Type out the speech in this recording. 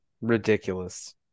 ridiculous